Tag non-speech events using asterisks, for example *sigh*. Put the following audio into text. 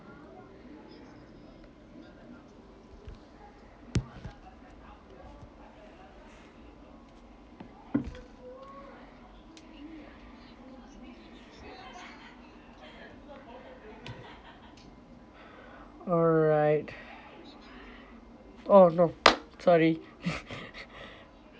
alright oh no sorry *laughs*